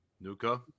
Nuka